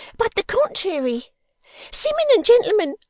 but the contrairy. simmun and gentlemen,